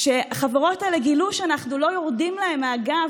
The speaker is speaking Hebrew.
כשהחברות האלה גילו שאנחנו לא יורדים להן מהגב,